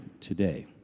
today